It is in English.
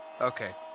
Okay